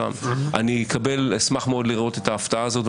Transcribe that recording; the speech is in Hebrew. אני אשמח מאוד לראות את ההפתעה הזאת,